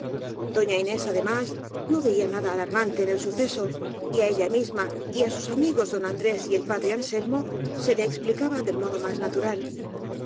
doña inés además no veía nada alarman te en el suceso y á ella misma y á sus amigos don andrés y el padre anselmo se le explicaba del mo do más natural